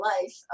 life